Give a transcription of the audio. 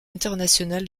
international